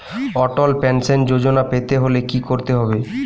অটল pension Yojana পেতে হলে কি করতে হবে?